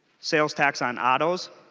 sales tax on auto's